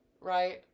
right